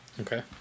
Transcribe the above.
Okay